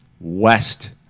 west